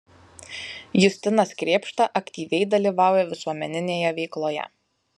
justinas krėpšta aktyviai dalyvauja visuomeninėje veikloje